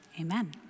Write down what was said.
Amen